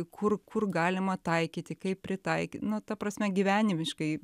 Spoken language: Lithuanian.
kur kur galima taikyti kaip pritaikyt nu ta prasme gyvenimiškai